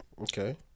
Okay